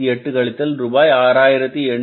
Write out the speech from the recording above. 6868 கழித்தல் ரூபாய் 6890